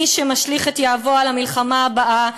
מי שמשליך את יהבו על המלחמה הבאה,